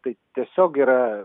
tai tiesiog yra